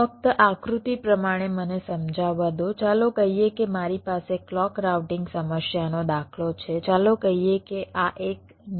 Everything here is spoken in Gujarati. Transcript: ફક્ત આકૃતિ પ્રમાણે મને સમજાવવા દો ચાલો કહીએ કે મારી પાસે ક્લૉક રાઉટીંગ સમસ્યાનો દાખલો છે ચાલો કહીએ કે આ એક નાની ચિપ છે